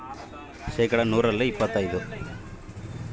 ರೈತರಿಗೆ ಕೇಂದ್ರ ಮತ್ತು ರಾಜ್ಯ ಸರಕಾರಗಳ ಸಾಲ ಕೊಡೋ ಅನುಪಾತ ಎಷ್ಟು?